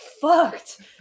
fucked